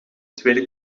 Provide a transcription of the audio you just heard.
tweede